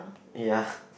ya